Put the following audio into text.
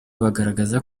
bagaragaza